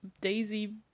Daisy